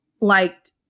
liked